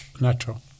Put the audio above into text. natural